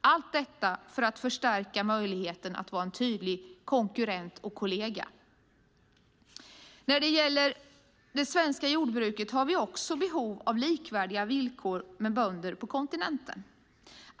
Allt detta behövs för att förstärka möjligheten att vara en tydlig konkurrent och kollega. När det gäller det svenska jordbruket har vi dessutom behov av likvärdiga villkor med bönder på kontinenten.